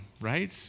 right